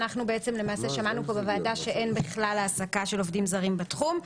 אנחנו למעשה שמענו כאן בוועדה שאין בכלל העסקה של עובדים זרים בתחום.